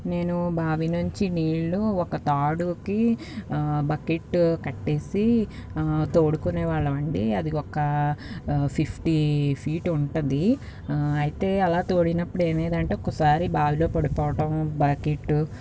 నేను బావి నుంచి నీళ్ళు ఒక తాడుకి బకెట్ కట్టేసి తోడుకునే వాళ్ళం అండి అది ఒక ఫిఫ్టీ ఫీట్ ఉంటుంది అయితే అలా తొడిగినప్పుడు ఏమయిందంటే ఒకసారి బావిలో పడిపోవడం బకెట్టు